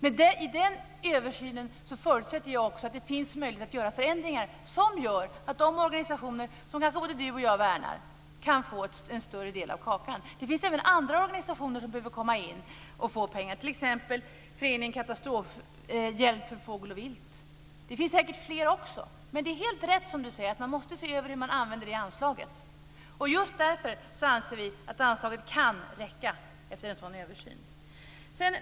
Men i den översynen förutsätter jag också att det finns möjligheter att göra förändringar som gör att de organisationer som kanske både Eskil Erlandsson och jag värnar kan få en större del av kakan. Det finns även andra organisationer som behöver komma in och få pengar, t.ex. Föreningen katastrofhjälp för fågel och vilt. Det finns säkert fler. Men det är helt rätt som Eskil Erlandsson säger, dvs. att man måste se över hur man använder det anslaget. Just därför anser vi att anslaget kan räcka efter en sådan översyn.